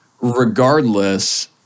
regardless